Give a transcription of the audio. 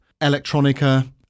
electronica